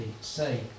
say